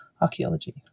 archaeology